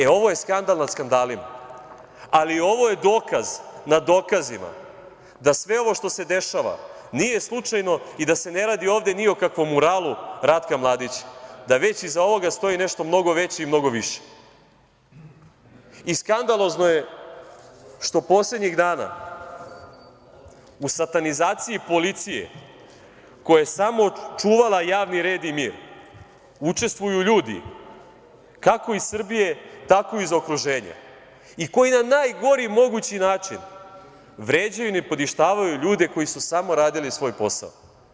E ovo je skandal nad skandalima, ali ovo je dokaz nad dokazima da sve ovo što se dešava nije slučajno i da se ne radi ovde ni o kakvom muralu Ratka Mladića, već da iza ovoga stoji nešto mnogo veće i mnogo više i skandalozno je što poslednjih dana u satanizaciji policije koja je samo čuvala javni red i mir, učestvuju ljudi kako iz Srbije, tako i iz okruženja i koji na najgori mogući način vređaju i nipodištavaju ljude koji su samo radili svoj posao.